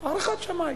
הערכת שמאי.